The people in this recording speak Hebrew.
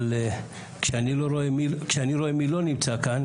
אבל כשאני רואה מי לא נמצא כאן,